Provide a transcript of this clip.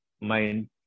mind